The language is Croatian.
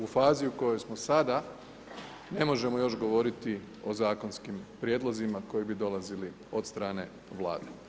U fazi u kojoj smo sada, ne možemo još govoriti o zakonskim prijedlozima koji bi dolazili od strane Vlade.